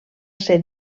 ser